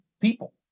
people